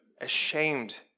ashamed